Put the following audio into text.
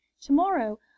to-morrow